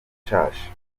nshasha